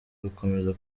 bukomeza